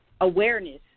awareness